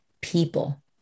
People